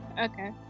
Okay